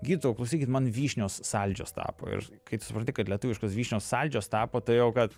gydytojau klausykit man vyšnios saldžios tapo ir kai tu supranti kad lietuviškos vyšnios saldžios tapo todėl kad